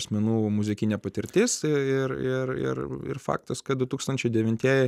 asmenų muzikinė patirtis ir ir ir faktas kad du tūkstančiai devintieji